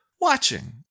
watching